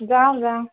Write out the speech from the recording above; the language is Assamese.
যাম যাম